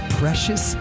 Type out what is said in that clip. precious